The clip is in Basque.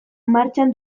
martxan